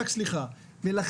סליחה, אדוני.